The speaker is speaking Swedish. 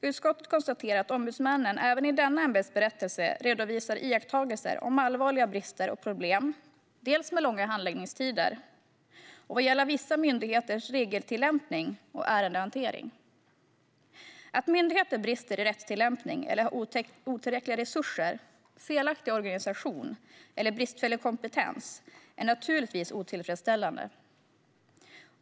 Utskottet konstaterar att ombudsmännen även i denna ämbetsberättelse redovisar iakttagelser om allvarliga brister och problem med långa handläggningstider och med vissa myndigheters regeltillämpning och ärendehantering. Att myndigheter brister i rättstillämpningen eller har otillräckliga resurser, felaktig organisation eller bristfällig kompetens är naturligtvis otillfredsställande.